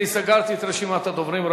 רבותי, אני סגרתי את רשימת הדוברים.